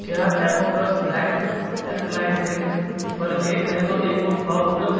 क्या Evocus black alkaline drink पर एक खरीदो और एक मुफ्त पाओ उपलब्ध